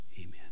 Amen